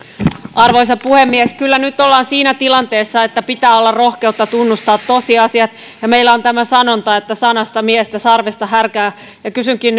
arvoisa puhemies kyllä nyt ollaan siinä tilanteessa että pitää olla rohkeutta tunnustaa tosiasiat meillä on tämä sanonta että sanasta miestä sarvesta härkää ja kysynkin